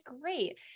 great